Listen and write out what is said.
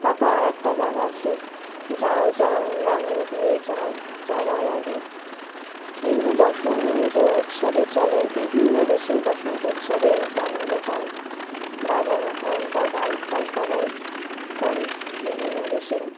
তারপর আরেকটা গান আছে যাও যাও রাঙিয়ে দিয়ে যাও যাওয়ার আগে এইগুলো বসন্ত উৎসবে চলে বিভিন্ন দেশেই বসন্ত উৎসবে এই গানগুলো চলে বাজানো হয় বা গায়ক গায়িকারাই করে বিভিন্ন দেশের